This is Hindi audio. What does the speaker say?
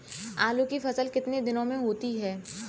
आलू की फसल कितने दिनों में होती है?